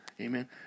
Amen